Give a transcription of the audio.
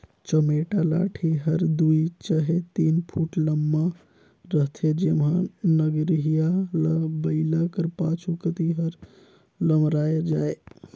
चमेटा लाठी हर दुई चहे तीन फुट लम्मा रहथे जेम्हा नगरिहा ल बइला कर पाछू कती हर लमराए जाए